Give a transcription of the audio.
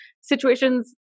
situations